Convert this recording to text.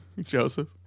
Joseph